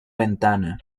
ventana